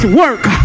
work